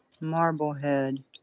Marblehead